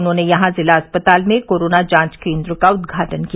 उन्होंने यहां जिला अस्पताल में कोरोना जांच केंद्र का उद्घाटन किया